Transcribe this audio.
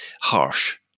harsh